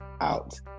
out